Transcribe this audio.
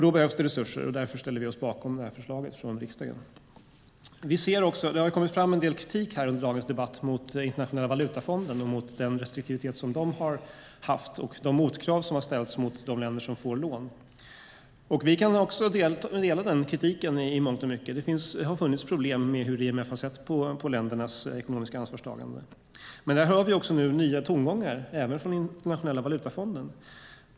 Då behövs det resurser, och därför ställer vi oss bakom detta förslag från riksdagen. Det har under dagens debatt kommit fram en del kritik mot Internationella valutafonden och mot den restriktivitet som de har haft och de motkrav som har ställts på de länder som får lån. Vi kan i mångt och mycket dela denna kritik. Det har funnits problem med hur IMF har sett på ländernas ekonomiska ansvarstagande. Men vi hör nu nya tongångar även från Internationella valutafonden.